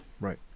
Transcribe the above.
Right